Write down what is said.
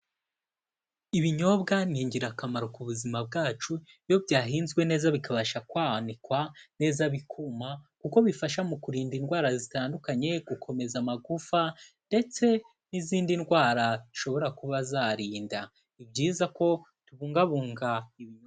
Ibinyobwa ni ingirakamaro ku buzima bwacu iyo byahinzwe neza bikabasha kwanikwa neza bikuma kuko bifasha mu kurinda indwara zitandukanye, gukomeza amagufa ndetse n'izindi ndwara zishobora kuba zarinda, ni byiza ko tubungabunga ibinyobwa.